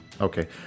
okay